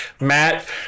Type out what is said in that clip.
Matt